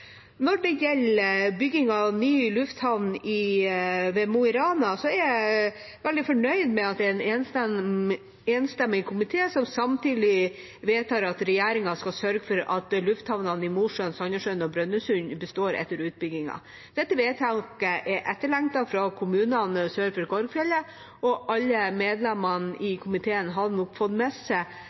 Når det gjelder bygging av ny lufthavn i Mo i Rana, er jeg veldig fornøyd med at det er en enstemmig komité som samtidig vedtar at regjeringa skal sørge for at lufthavnene i Mosjøen, Sandnessjøen og Brønnøysund består etter utbyggingen. Dette vedtaket er etterlengtet for kommunene sør for Korgfjellet, og alle medlemmene i komiteen hadde nok fått med seg